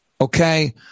Okay